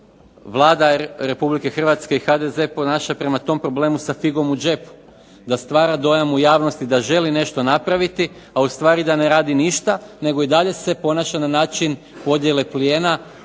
Vlada Republike Hrvatske i HDZ ponaša prema tom problemu sa figom u džepu, da stvara dojam u javnost da želi nešto napraviti, a ustvari da ne radi ništa nego se i dalje ponaša na način podjele plijene,